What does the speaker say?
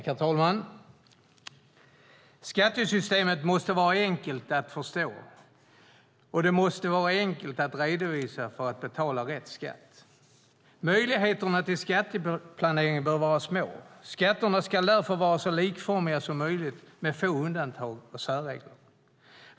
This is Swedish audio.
Herr talman! Skattesystemet måste vara enkelt att förstå, och det måste vara enkelt att redovisa för att betala rätt skatt. Möjligheterna till skatteplanering bör vara små. Skatterna ska därför vara så likformiga som möjligt, med få undantag och särregler.